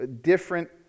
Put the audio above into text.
different